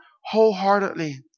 wholeheartedly